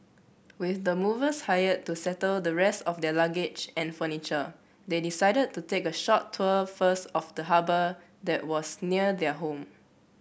with the movers hired to settle the rest of their luggage and furniture they decided to take a short tour first of the harbour that was near their home